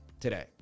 today